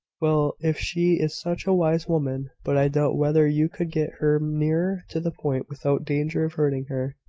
well! if she is such a wise woman. but i doubt whether you could get her nearer to the point without danger of hurting her.